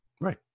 Right